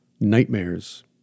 nightmares